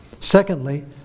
Secondly